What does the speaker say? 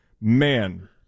man